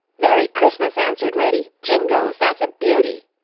merry christmas, answered reddy. jingoes, that's a beauty!